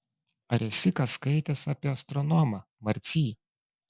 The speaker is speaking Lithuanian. ar esi ką skaitęs apie astronomą marcy